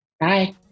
Bye